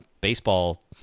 baseball